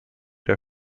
der